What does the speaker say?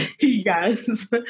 Yes